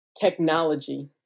technology